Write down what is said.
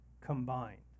combined